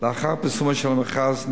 לאחר פרסומו של המכרז,